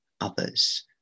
others